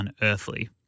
unearthly